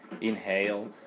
inhale